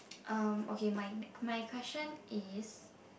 um okay my my question is